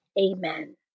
Amen